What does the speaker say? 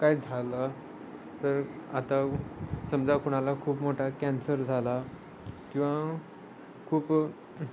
काय झालं तर आता समजा कुणाला खूप मोठा कॅन्सर झाला किंवा खूप